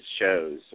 shows